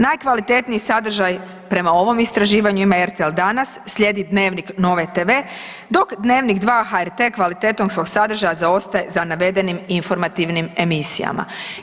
Najkvalitetniji sadržaj prema ovom istraživanju ima RTL Danas, slijedi Dnevnik Nove TV, dok Dnevnik 2 HRT kvalitetom svog sadržaja zaostaje za navedenim informativnim emisijama.